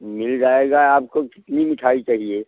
मिल जाएगा आपको कितनी मिठाई चाहिए